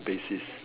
basis